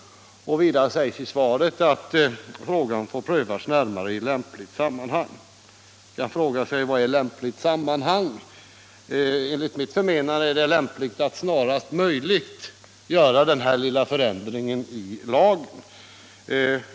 Vidare sägs i svaret att frågan får prövas närmare i lämpligt sammanhang. Man kan fråga sig: Vad är lämpligt sammanhang? Enligt mitt förmenande är det lämpligt att snarast möjligt göra den här lilla förändringen i lagen.